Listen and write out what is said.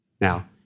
Now